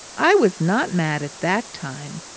i was not mad at that time,